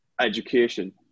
education